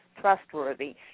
trustworthy